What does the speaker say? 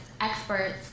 experts